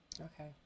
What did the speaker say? Okay